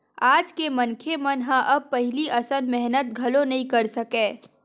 आज के मनखे मन ह अब पहिली असन मेहनत घलो नइ कर सकय